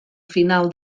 final